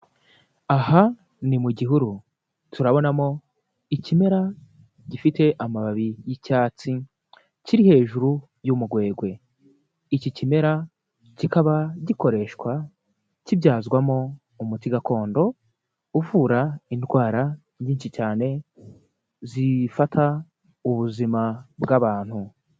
Aha ni mu gihuru, turabonamo ikimera gifite amababi y'icyatsi, kiri hejuru y'umugwegwe, iki kimera kikaba gikoreshwa kibyazwamo umuti gakondo, uvura indwara nyinshi cyane zifata ubuzima bw'abantu.